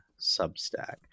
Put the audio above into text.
Substack